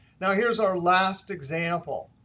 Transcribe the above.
now, here's our last example.